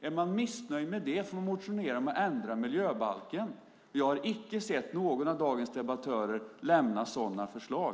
Är man missnöjd med det motionerar man om att ändra miljöbalken, men jag har inte sett någon av dagens debattörer lämna sådana förslag.